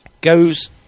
goes